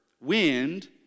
wind